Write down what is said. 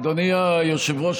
אדוני היושב-ראש,